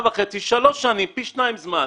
וחצי אלא שלוש שנים פי שניים זמן,